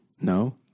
No